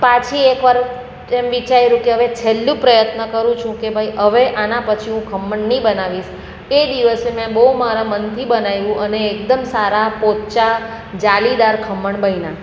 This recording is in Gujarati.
પછી એક વાર એમ વિચાર્યું કે એક છેલ્લું પ્રયત્ન કરું છું કે ભાઈ હવે આના પછી હું ખમણ નહિ બનાવીશ એ દિવસ મેં બહુ મારા મનથી બનાવ્યું અને એકદમ સારા પોચા જાળીદાર ખમણ બન્યા